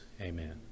Amen